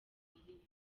bikwiriye